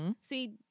See